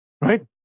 Right